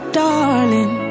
darling